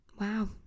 wow